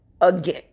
again